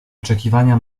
oczekiwania